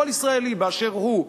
כל ישראלי באשר הוא,